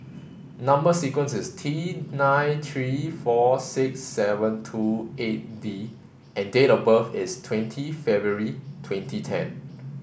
number sequence is T nine three four six seven two eight D and date of birth is twentieth February twenty ten